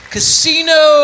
Casino